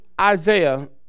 Isaiah